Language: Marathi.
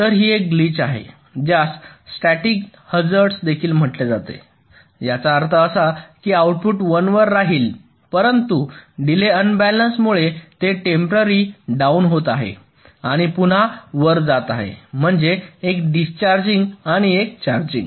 तर ही एक ग्लिच आहे ज्यास स्टॅटिक हझार्ड देखील म्हटले जाते याचा अर्थ असा की आउटपुट 1 वर राहील परंतु डीले अंबॅलन्सड मुळे ते टेम्पररी डाउन होत आहे आणि पुन्हा वर जात आहे म्हणजे एक डिस्चार्जिंग आणि एक चार्जिंग